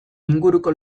inguruko